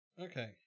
Okay